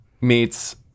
meets